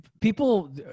people